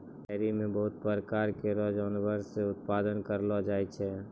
dairy म बहुत प्रकार केरो जानवर से उत्पादन करलो जाय छै